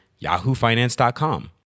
yahoofinance.com